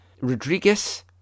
Rodriguez